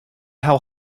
how